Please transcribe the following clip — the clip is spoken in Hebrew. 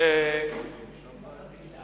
אדוני היושב-ראש,